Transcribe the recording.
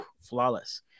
flawless